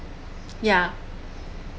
yeah